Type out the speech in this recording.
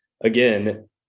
again